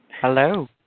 Hello